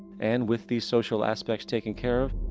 and with these social aspects taking care of,